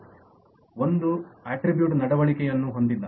ಅದು ಒಂದು ಅಟ್ರಿಬ್ಯೂಟ್ ನಡವಳಿಕೆಯನ್ನು ಹೊಂದಿಲ್ಲ